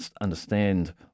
understand